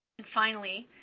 and finally,